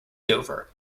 dover